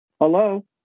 Hello